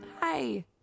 Hi